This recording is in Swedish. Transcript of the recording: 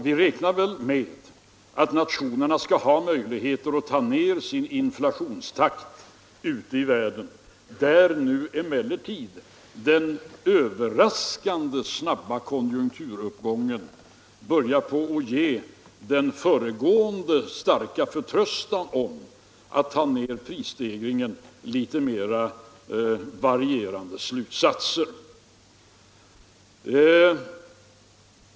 Vi räknade väl med att nationerna skulle ha möjligheter att dra ned sin inflationstakt ute i världen, där emellertid den överraskande snabba konjunkturuppgången nu börjar ersätta den föregående starka förtröstan på möjligheterna att dra ned prisstegringarna med litet mer varierande slutsatser.